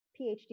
PhD